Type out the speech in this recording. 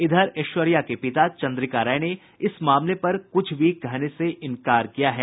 इधर ऐश्वर्या के पिता चन्द्रिका राय ने इस मामले पर कुछ भी कहने से इनकार किया है